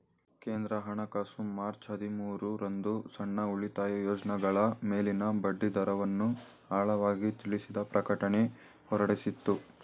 ಕೇಂದ್ರ ಹಣಕಾಸು ಮಾರ್ಚ್ ಹದಿಮೂರು ರಂದು ಸಣ್ಣ ಉಳಿತಾಯ ಯೋಜ್ನಗಳ ಮೇಲಿನ ಬಡ್ಡಿದರವನ್ನು ಆಳವಾಗಿ ತಿಳಿಸಿದ ಪ್ರಕಟಣೆ ಹೊರಡಿಸಿತ್ತು